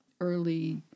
early